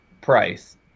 price